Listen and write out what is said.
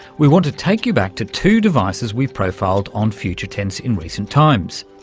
we want to take you back to two devices we've profiled on future tense in recent times.